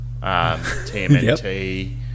TMNT